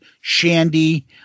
Shandy